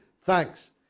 Thanks